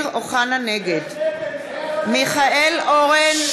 נגד (קוראת בשמות חברי הכנסת) מיכאל אורן,